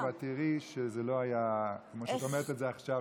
את תסתכלי ואת תראי שזה לא היה כמו שאת אומרת את זה עכשיו,